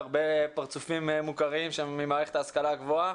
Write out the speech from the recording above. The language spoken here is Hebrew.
אני רואה הרבה פרצופים מוכרים ממערכת ההשכלה הגבוהה.